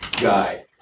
guy